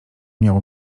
miało